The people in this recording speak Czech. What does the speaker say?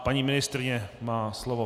Paní ministryně má slovo.